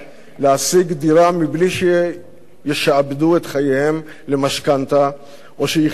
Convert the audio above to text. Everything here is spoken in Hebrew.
דירה מבלי שישעבדו את חייהם למשכנתה או שיחיו עם ההורים.